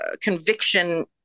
conviction